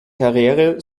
karriere